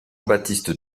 baptiste